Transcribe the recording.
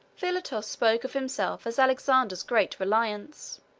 philotas spoke of himself as alexander's great reliance.